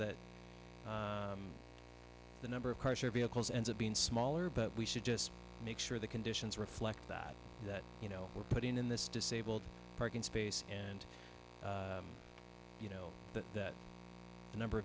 that the number of cars or vehicles ends up being smaller but we should just make sure the conditions reflect that that you know we're putting in this disabled parking space and you know that the number